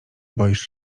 boisz